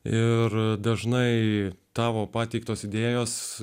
ir dažnai tavo pateiktos idėjos